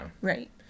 Right